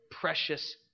precious